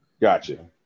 Gotcha